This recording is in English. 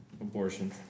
Abortion